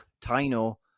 tino